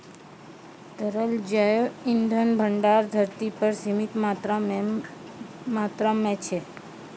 तरल जैव इंधन भंडार धरती पर सीमित मात्रा म छै